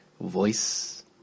voice